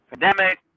pandemic